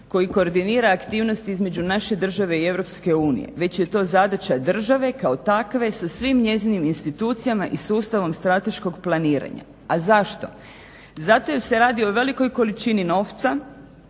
koji koordinira aktivnost između naše države i Europske unije, već je to zadaća države kao takve sa svim njezinim institucijama i sustavom strateškog planiranja. A zašto? Zato jer se radi o velikoj količini novca